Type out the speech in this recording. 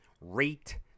rate